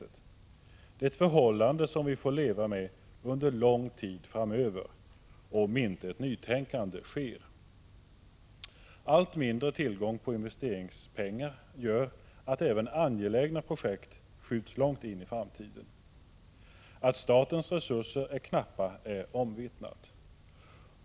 Det är ett förhållande som vi får leva med under lång tid framöver, om inte ett nytänkande sker. Allt mindre tillgång på investeringspengar gör att även angelägna projekt skjuts långt in i framtiden. Att statens resurser är knappa är omvittnat.